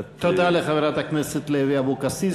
תודה לחברת הכנסת לוי אבקסיס.